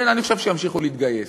כן, אני חושב שימשיכו להתגייס.